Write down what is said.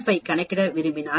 5 கணக்கிட விரும்பினால்